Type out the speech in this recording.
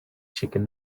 chicken